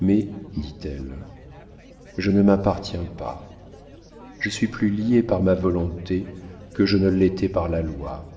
mais dit-elle je ne m'appartiens pas je suis plus liée par ma volonté que je ne l'étais par la loi